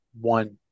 one